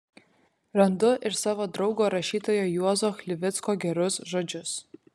randu ir savo draugo rašytojo juozo chlivicko gerus žodžius